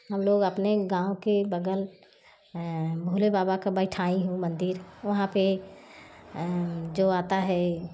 हम लोग अपने गाँव के बगल भोले बाबा का बैठाईं हूँ मंदिर वहाँ पर जो आता है